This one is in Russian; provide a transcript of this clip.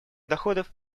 доходов